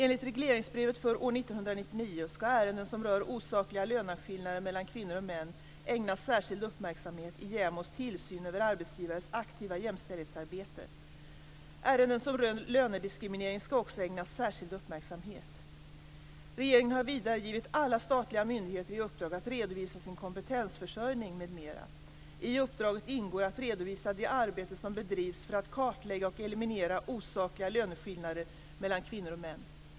· Enligt regleringsbrevet för år 1999 skall ärenden som rör osakliga löneskillnader mellan kvinnor och män ägnas särskild uppmärksamhet i JämO:s tillsyn över arbetsgivares aktiva jämställdhetsarbete. Ärenden som rör lönediskriminering skall också ägnas särskild uppmärksamhet. · Regeringen har vidare givit alla statliga myndigheter i uppdrag att redovisa sin kompetensförsörjning m.m. I uppdraget ingår att redovisa det arbete som bedrivs för att kartlägga och eliminera osakliga löneskillnader mellan kvinnor och män.